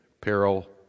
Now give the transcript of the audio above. peril